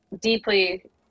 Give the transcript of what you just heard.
deeply